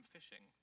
fishing